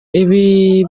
ibi